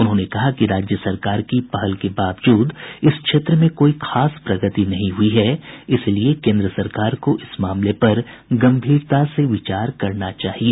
उन्होंने कहा कि राज्य सरकार की पहल के बावजूद इस क्षेत्र में कोई खास प्रगति नहीं हुई है इसलिए केन्द्र सरकार को इस मामले पर गंभीरता से विचार करना चाहिए